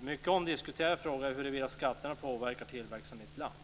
En mycket omdiskuterad fråga är huruvida skatterna påverkar tillväxten i ett land.